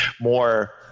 more